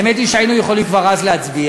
האמת היא שהיינו יכולים כבר אז להצביע.